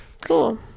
Cool